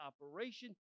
operation